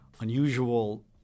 unusual